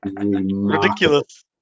ridiculous